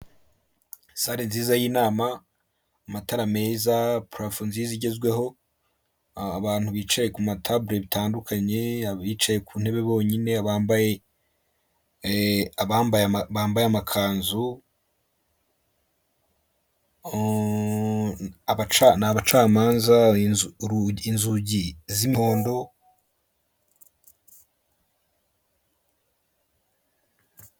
Sare nziza y'inama amatara meza, parafo nziza igezweho, abantu bicaye ku matabure bitandukanye, abicaye ku ntebe bonyine bambaye amakanzu, ni abacamanza, inzugi z'impondo.